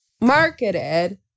marketed